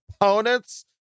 opponents